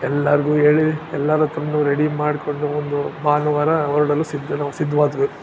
ಎಲ್ಲರಿಗೂ ಹೇಳಿ ಎಲ್ಲರ ಹತ್ರವೂ ರೆಡಿ ಮಾಡಿಕೊಂಡು ಒಂದು ಭಾನುವಾರ ಹೊರಡಲು ಸಿದ್ಧ ನಾವು ಸಿದ್ಧವಾದ್ವಿ